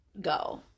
go